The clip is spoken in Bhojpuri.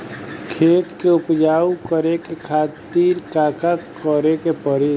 खेत के उपजाऊ के खातीर का का करेके परी?